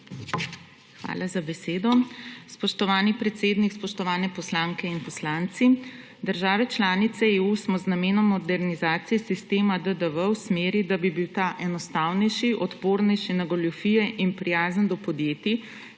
Hvala za besedo. Spoštovani predsednik, spoštovani poslanke in poslanci! Države članice EU smo z namenom modernizacije sistema DDV v smeri, da bi bil ta enostavnejši, odpornejši na goljufije in prijazen do podjetij,